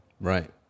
Right